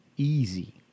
Easy